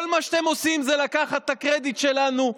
כל מה שאתם עושים זה לקחת את הקרדיט שלנו.